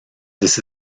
this